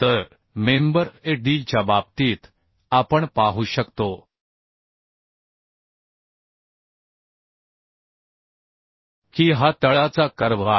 तर member AD च्या बाबतीत आपण पाहू शकतो की हा तळाचा कर्व्ह आहे